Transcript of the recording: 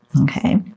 Okay